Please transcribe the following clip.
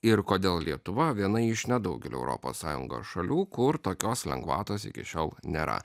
ir kodėl lietuva viena iš nedaugelio europos sąjungos šalių kur tokios lengvatos iki šiol nėra